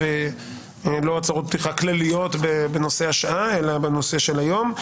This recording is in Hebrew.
ולא הצהרות פתיחה כלליות בנושא השעה אלא בנושא של היום.